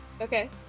Okay